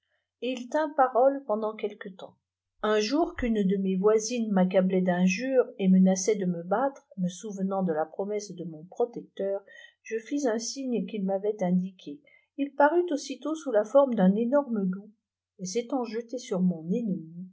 il tint parole pendant quelque temps un jour qu'une de mes voisines m accablait dnjures et menaçait de me r battre me souvenant de la promesse de mon protecteur je fis un signe qu'il m'avait indiqué il parut aussitôt sous la forme d'un énorme loup et s'étant jeté sur mon ennemie